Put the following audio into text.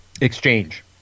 exchange